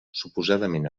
suposadament